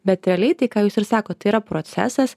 bet realiai tai ką jūs ir sakot tai yra procesas